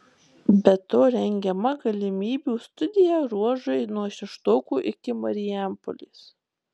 be to rengiama galimybių studija ruožui nuo šeštokų iki marijampolės